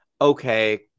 okay